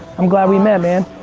i'm glad we met man.